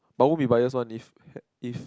but won't be bias one if had if